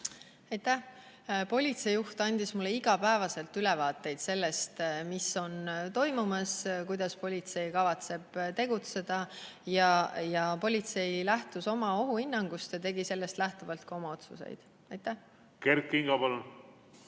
Aitäh! Politseijuht andis mulle igapäevaselt ülevaateid sellest, mis on toimumas ja kuidas politsei kavatseb tegutseda. Politsei lähtus oma ohuhinnangust ja tegi sellest lähtuvalt ka oma otsused. Kert Kingo, palun!